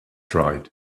tried